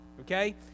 Okay